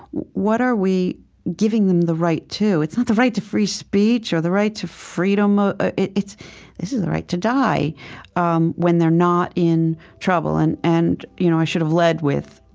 what are we giving them the right to? it's not the right to free speech or the right to freedom ah ah of this is the right to die um when they're not in trouble. and and you know i should have led with,